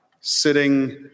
sitting